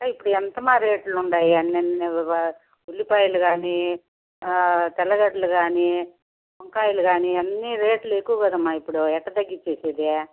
ఇప్పుడు ఎంత అమ్మ రేట్లు ఉన్నాయి అన్నీ ఉల్లిపాయలు కానీ తెల్లగడ్డలు కానీ వంకాయలు కానీ అన్నీ రేట్లు ఎక్కువ కదా అమ్మ ఇప్పుడు ఎట్టా తగ్గించేది